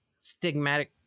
stigmatic